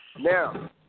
Now